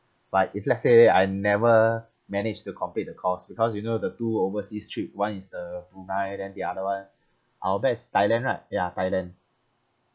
but if let's say I never managed to complete the course because you know the two overseas trip one is the brunei then the other one I'll bet is thailand right ya thailand